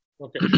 Okay